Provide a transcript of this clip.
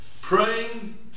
praying